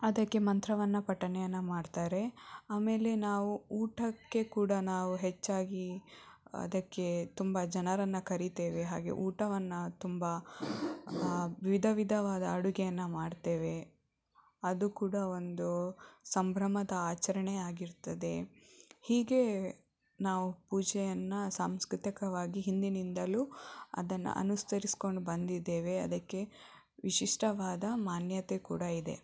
ಅದಕ್ಕೆ ಮಂತ್ರವನ್ನು ಪಠಣೆಯನ್ನು ಮಾಡ್ತಾರೆ ಆಮೇಲೆ ನಾವು ಊಟಕ್ಕೆ ಕೂಡ ನಾವು ಹೆಚ್ಚಾಗಿ ಅದಕ್ಕೆ ತುಂಬ ಜನರನ್ನು ಕರಿತೇವೆ ಹಾಗೆ ಊಟವನ್ನು ತುಂಬ ವಿಧ ವಿಧವಾದ ಅಡುಗೆಯನ್ನು ಮಾಡ್ತೇವೆ ಅದು ಕೂಡ ಒಂದು ಸಂಭ್ರಮದ ಆಚರಣೆಯಾಗಿರ್ತದೆ ಹೀಗೆ ನಾವು ಪೂಜೆಯನ್ನು ಸಾಂಸ್ಕೃತಿಕವಾಗಿ ಹಿಂದಿನಿಂದಲೂ ಅದನ್ನು ಅನುಸರಿಸಿಕೊಂಡು ಬಂದಿದ್ದೇವೆ ಅದಕ್ಕೆ ವಿಶಿಷ್ಟವಾದ ಮಾನ್ಯತೆ ಕೂಡ ಇದೆ